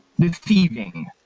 Deceiving